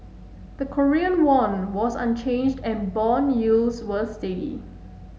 the Korean won was unchanged and bond yields were steady